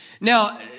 Now